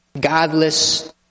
godless